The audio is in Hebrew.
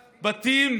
בתים,